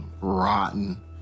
rotten